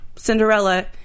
Cinderella